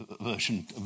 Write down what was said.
version